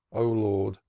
o lord,